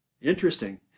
Interesting